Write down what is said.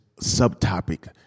subtopic